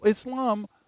Islam